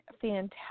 fantastic